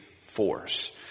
force